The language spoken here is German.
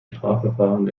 strafverfahren